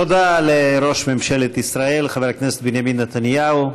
תודה לראש ממשלת ישראל חבר הכנסת בנימין נתניהו.